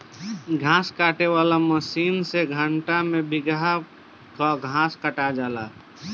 घास काटे वाला मशीन से घंटा में बिगहा भर कअ घास कटा जाला